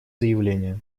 заявления